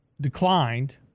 declined